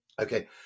Okay